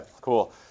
cool